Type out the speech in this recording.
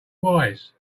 wise